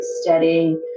steady